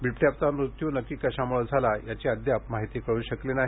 बिबट्याचा मृत्यू नक्की कशामुळे झाला याची अद्याप माहिती मिळू शकली नाही